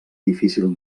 difícil